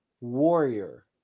warrior